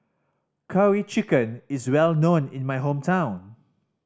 Curry Chicken is well known in my hometown